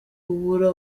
kubura